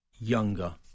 younger